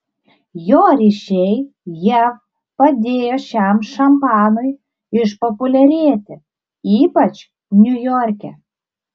jo ryšiai jav padėjo šiam šampanui išpopuliarėti ypač niujorke